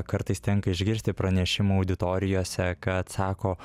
kartais tenka išgirsti pranešimų auditorijose kad sako